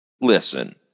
listen